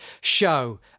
show